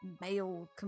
male